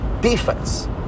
defense